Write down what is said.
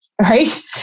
right